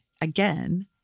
again